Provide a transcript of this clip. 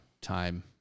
Time